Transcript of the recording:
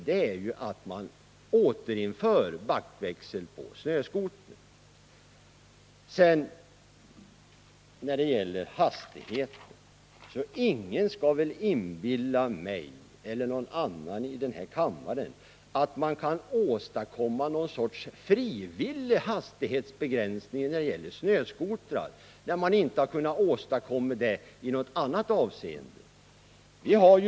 Vad sedan gäller hastigheten i samband med snöskoterkörning vill jag säga att ingen skall inbilla mig eller någon annan i den här kammaren att man kan åstadkomma någon sorts frivillig hastighetsbegränsning i det här fallet, när man inte har kunnat åstadkomma det i något annat sammanhang.